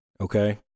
Okay